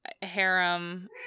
harem